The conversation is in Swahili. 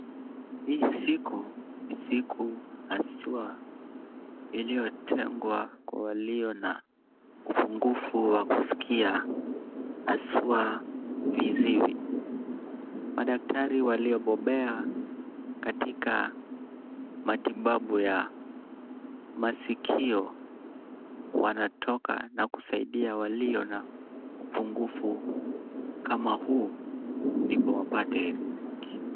Hii siku, ni siku haswa iliyotengwa kwa walio na upungufu wa kusikia hasa viziwi. Madaktari waliobobea katika matibabu ya masikio wanatoka na kusaidia walio na upungufu kama huu ndipo wapate riziki.